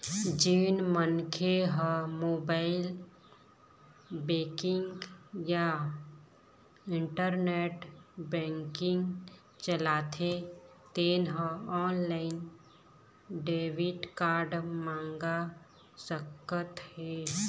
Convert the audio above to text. जेन मनखे ह मोबाईल बेंकिंग या इंटरनेट बेंकिंग चलाथे तेन ह ऑनलाईन डेबिट कारड मंगा सकत हे